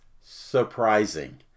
surprising